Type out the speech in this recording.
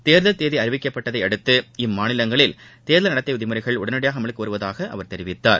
தேர்தல் தேதிஅறிவிக்கப்பட்டதைஅடுத்து இம்மாநிலங்களில் தேர்தல் நடத்தைவிதிமுறைகள் உடனடியாகஅமலுக்குவருவதாகஅவர் கூறினார்